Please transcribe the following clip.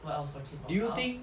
what else what K pop is about